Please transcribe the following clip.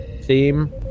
theme